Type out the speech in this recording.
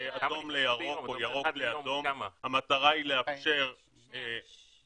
אדום לירוק או ירוק לאדום המטרה היא לאפשר בהקדם